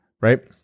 right